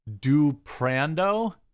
Duprando